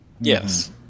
Yes